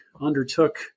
undertook